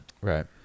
Right